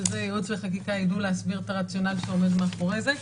ייעוץ וחקיקה יידעו להסביר את הרציונל שעומד מאחורי זה.